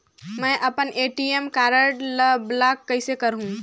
मै अपन ATM card ल ब्लाक कइसे करहूं?